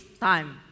time